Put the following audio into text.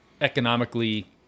economically